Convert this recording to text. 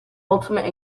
ultimate